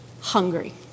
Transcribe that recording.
hungry